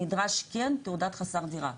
נדרש כן תעודת חסר דירה,